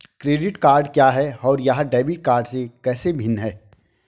Credit card क्या है और यह डेबिट कार्ड से कैसे भिन्न है?